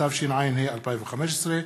התשע"ה 2015,